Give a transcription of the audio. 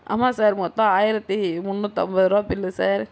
ஆமாம் சார் மொத்தம் ஆயிரத்தி முன்னூற்று ஐம்பது ரூபாய் பில் சார்